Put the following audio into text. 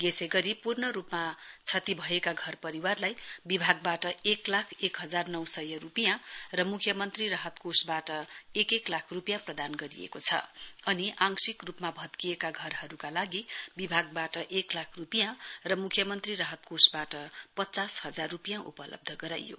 यसै गरी पूर्ण रूपमा क्षति भएका घर परिवारलाई विभागबाट एक लाख एक डजार नौ सय रूपियाँ अनि मुख्यमन्त्री राहत कोषबाट एक एक लाख रूपियाँ प्रदान गरेको छ अनि आंशिक रूपमा भत्किएका घरहरूलाई विभागबाट एक लाख रूपियाँ र मुख्यमन्त्री राहत कोषबाट पचास हजार रूपियाँ उपलब्ध गराइयो